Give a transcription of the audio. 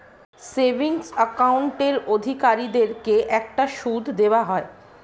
savings অ্যাকাউন্টের অধিকারীদেরকে একটা সুদ দেওয়া হয়